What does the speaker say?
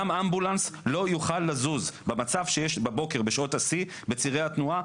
גם האמבולנס לא יוכל לזוז במצב שיש בבוקר בצירי התנועה בשעות השיא,